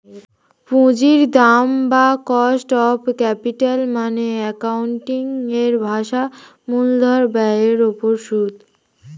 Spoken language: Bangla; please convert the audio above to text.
পুঁজির দাম বা কস্ট অফ ক্যাপিটাল মানে অ্যাকাউন্টিং এর ভাষায় মূলধন ব্যয়ের উপর সুদ